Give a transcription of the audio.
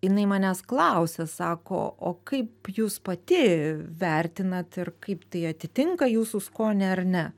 jinai manęs klausia sako o kaip jūs pati vertinat ir kaip tai atitinka jūsų skonį ar ne